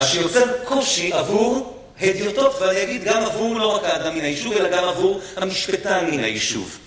מה שיוצר קושי עבור הדיוטות, ואני אגיד גם עבור לא רק האדם מן היישוב, אלא גם עבור המשפטן מן היישוב.